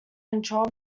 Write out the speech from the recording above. control